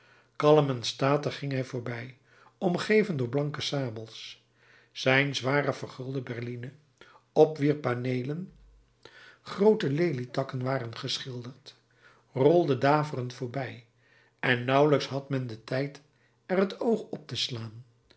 kalm en statig ging hij voorbij omgeven door blanke sabels zijn zware vergulde berline op wier paneelen groote lelietakken waren geschilderd rolde daverend voorbij en nauwelijks had men den tijd er het oog op te slaan